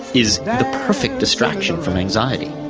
is the perfect distraction from anxiety.